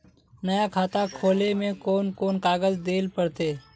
नया खाता खोले में कौन कौन कागज देल पड़ते?